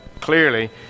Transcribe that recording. clearly